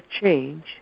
change